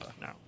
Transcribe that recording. No